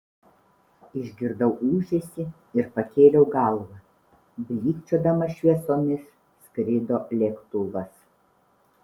išgirdau ūžesį ir pakėliau galvą blykčiodamas šviesomis skrido lėktuvas